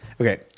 okay